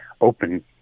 open